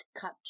cut